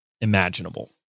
imaginable